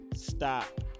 stop